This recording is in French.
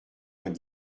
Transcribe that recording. vingt